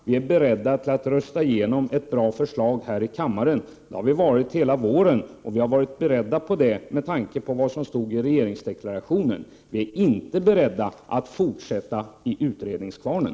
Vi är beredda att rösta igenom ett bra förslag här i kammaren. Det har vi varit hela våren, och vi har varit beredda på det med tanke på vad som stod i regeringsdeklarationen. Vi är inte beredda att fortsätta i utredningskvarnen.